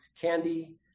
candy